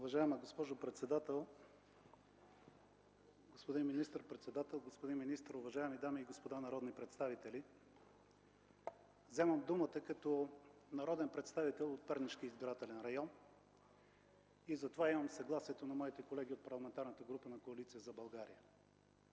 Уважаема госпожо председател, господин министър-председател, господин министър, уважаеми дами и господа народни представители! Вземам думата като народен представител от Пернишки избирателен район и за това имам съгласието на моите колеги от Парламентарната група на Коалиция за България.